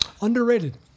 Underrated